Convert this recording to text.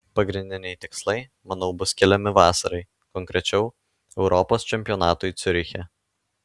pagrindiniai tikslai manau bus keliami vasarai konkrečiau europos čempionatui ciuriche